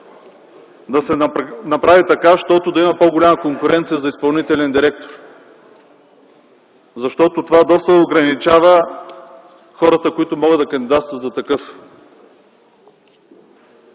да се направи така, да има по-голяма конкуренция за изпълнителен директор, защото това доста ограничава хората, които могат да кандидатстват за такъв.